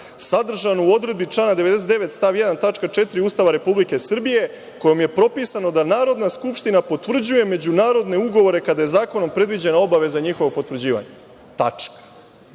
sadržan u odredbi člana 99. stav 1. tačka 4. Ustava Republike Srbije kojom je propisano da Narodna skupština potvrđuje međunarodne ugovore kada je zakonom predviđena obaveza o njihovom potvrđivanju. Tačka.